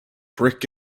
brick